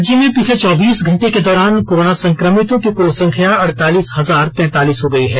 राज्य में पिछले चौबीस घंटे के दौरान कोरोना संकमितो की कुल संख्या अड़तालीस हजार तैंतालीस हो गयी है